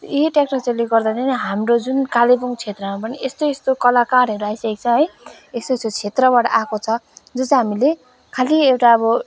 यी टेक्नोलोजीले गर्दा नै हाम्रो जुन कालेबुङ क्षेत्रमा पनि यस्तो यस्तो कलाकारहरू आइसकेको छ है यस्तो यस्तो क्षेत्रबाट आएको छ जुन चाहिँ हामीले खाली एउटा अब